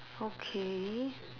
okay